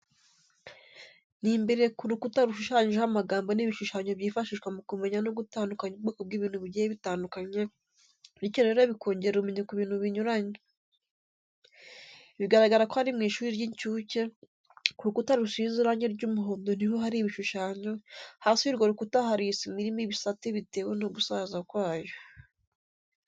Ni imbere ku rukuta rushushanyijeho amagambo n'ibishushanyo byifashishwa mu kumenya no gutandukanya ubwoko bw'ibintu bigiye bitandukanye, bityo rero bikongera ubumenyi ku bintu binyuranye. Bigaragara ko ari mu ishuri ry'incuke, ku rukuta rusize irange ry'umuhondo niho hari ibishushanyo, hasi y'urwo rukuta hari isima irimo ibisate bitewe no gusaza kwayo.